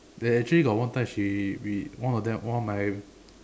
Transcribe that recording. there actually got one time she re~ one of them one of my